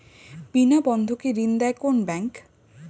বিনা বন্ধকে ঋণ দেয় কোন ব্যাংক?